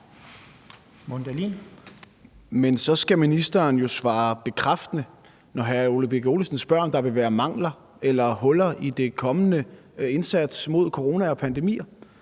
så skal ministeren jo svare bekræftende, når hr. Ole Birk Olesen spørger, om der vil være mangler eller huller i den kommende indsats mod corona og pandemier.